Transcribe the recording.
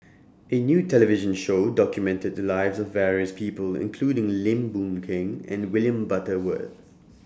A New television Show documented The Lives of various People including Lim Boon Keng and William Butterworth